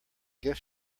gift